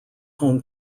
home